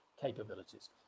capabilities